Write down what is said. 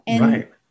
Right